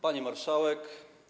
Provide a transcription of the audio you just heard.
Pani Marszałek!